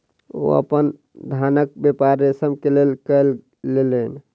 ओ अपन धानक व्यापार रेशम के लेल कय लेलैन